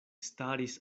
staris